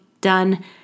done